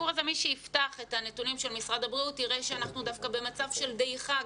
מי שיפתח את הנתונים של משרד הבריאות יראה שאנחנו דווקא במצב של דעיכה.